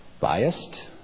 Biased